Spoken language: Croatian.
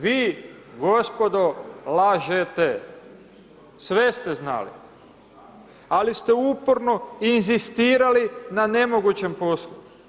Vi, gospodo lažete, sve ste znali, ali ste uporno inzistirali na nemogućem poslu.